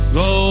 go